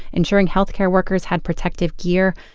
ensuring health care workers had protective gear.